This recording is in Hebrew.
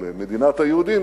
של מדינת היהודים,